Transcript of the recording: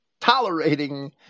tolerating